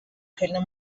kölner